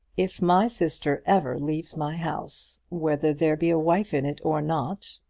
if my sister ever leaves my house whether there be a wife in it or not,